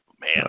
Man